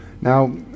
now